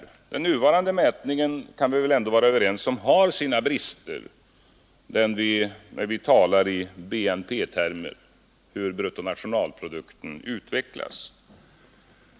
Vi kan väl vara överens om att den nuvarande mätmetoden har sina brister — den som uttrycks i BNP-termer, alltså hur bruttonationalprodukten utvecklas.